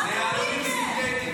הכול סינתטי.